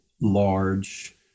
large